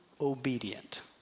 obedient